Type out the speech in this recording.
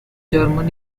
german